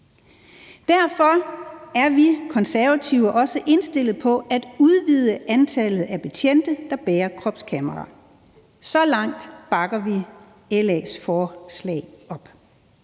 Derfor er vi Konservative også indstillet på at udvide antallet af betjente, der bærer kropskameraer. Så langt bakker vi LA's forslag om.